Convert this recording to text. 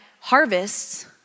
Harvests